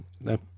No